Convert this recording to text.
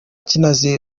kinazi